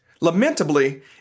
Lamentably